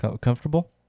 Comfortable